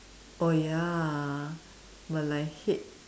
oh ya well I hate